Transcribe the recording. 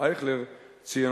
אייכלר ציין,